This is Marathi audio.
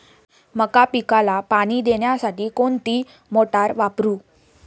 मका पिकाला पाणी देण्यासाठी कोणती मोटार वापरू?